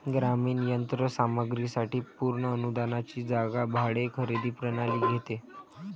ग्रामीण यंत्र सामग्री साठी पूर्ण अनुदानाची जागा भाडे खरेदी प्रणाली घेते